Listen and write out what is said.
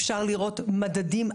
אפשר לראות מדדים אחידים.